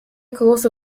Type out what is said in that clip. große